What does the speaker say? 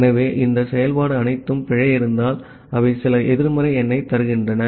ஆகவே இந்த செயல்பாடு அனைத்தும் பிழை இருந்தால் அவை சில எதிர்மறை எண்ணைத் தருகின்றன